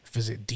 Visit